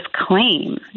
claim